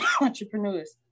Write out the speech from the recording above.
entrepreneurs